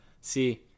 See